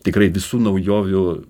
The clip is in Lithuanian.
tikrai visų naujovių